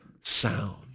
sound